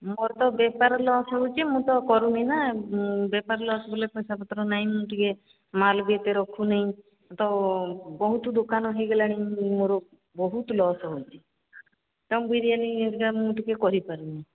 ମୋର ତ ବେପାର ଲସ୍ ହେଉଛି ମୁଁ ତ କରୁନି ନା ବେପାର ଲସ୍ ବୋଲେ ପଇସାପତ୍ର ନାଇଁ ମୁଁ ଟିକେ ମାଲ୍ ବି ଏତେ ରଖୁନାହିଁ ତ ବହୁତ ଦୋକାନ ହେଇଗଲାଣି ମୋର ବହୁତ ଲସ୍ ହେଉଛି ଦମ୍ ବିରିୟାନୀ ହେରିକା ମୁଁ ଟିକେ କରିପାରୁନି